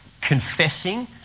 Confessing